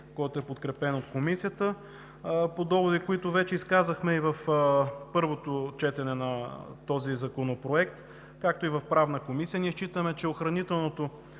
който е подкрепен от Комисията, по доводи, които вече изказахме и в първото четене на този законопроект, както и в Правната комисия. Ние считаме, че охранителното